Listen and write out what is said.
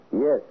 Yes